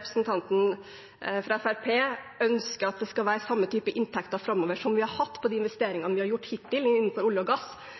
representanten fra Fremskrittspartiet ønsker at det skal være samme type inntekter framover som vi har hatt på de investeringene vi har gjort hittil innenfor olje og gass,